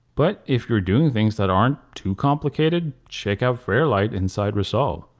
but if you're doing things that aren't too complicated check out fairlight inside resolve.